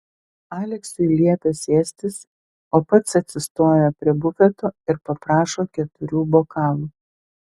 aleksiui liepia sėstis o pats atsistoja prie bufeto ir paprašo keturių bokalų